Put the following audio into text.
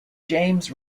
james